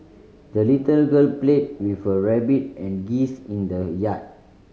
the little girl played with her rabbit and geese in the yard